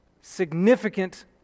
significant